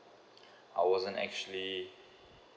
I wasn't actually